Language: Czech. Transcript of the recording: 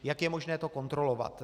Jak je možné to kontrolovat?